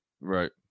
Right